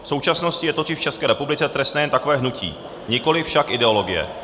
V současnosti je totiž v České republice trestné jen takové hnutí, nikoliv však ideologie.